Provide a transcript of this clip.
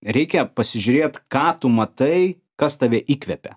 reikia pasižiūrėt ką tu matai kas tave įkvepia